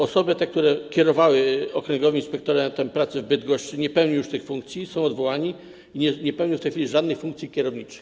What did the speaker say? Osoby, które kierowały Okręgowym Inspektoratem Pracy w Bydgoszczy, nie pełnią już tych funkcji, są odwołane i nie pełnią w tej chwili żadnych funkcji kierowniczych.